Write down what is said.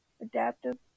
adaptive